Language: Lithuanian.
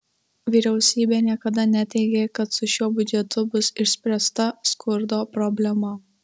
vyriausybė niekada neteigė kad su šiuo biudžetu bus išspręsta skurdo problema